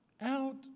out